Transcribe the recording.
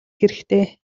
хэрэгтэй